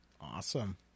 Awesome